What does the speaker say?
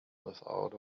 without